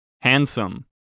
Handsome